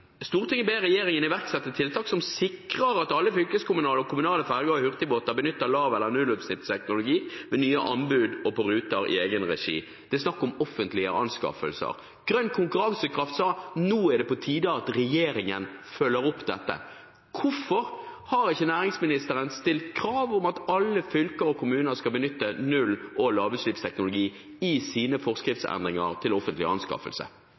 Stortinget vedtok altså 1. desember 2015: «Stortinget ber regjeringen iverksette tiltak som sikrer at alle fylkeskommunale og kommunale ferger og hurtigbåter benytter lav- eller nullutslippsteknologi ved nye anbud og på ruter i egenregi.» Det er snakk om offentlige anskaffelser. Ekspertutvalget for grønn konkurransekraft sa at nå er det på tide at regjeringen følger opp dette. Hvorfor har ikke næringsministeren i sine forskriftsendringer til offentlige anskaffelser stilt krav om at alle fylker og kommuner skal benytte null- og lavutslippsteknologi?